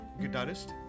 guitarist